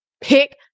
Pick